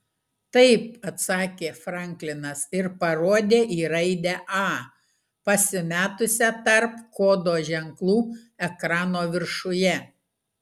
taip atsakė franklinas ir parodė į raidę a pasimetusią tarp kodo ženklų ekrano viršuje